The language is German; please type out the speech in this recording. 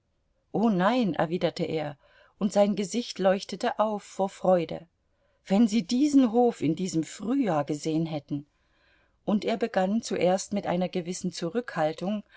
o nein erwiderte er und sein gesicht leuchtete auf vor freude wenn sie diesen hof in diesem frühjahr gesehen hätten und er begann zuerst mit einer gewissen zurückhaltung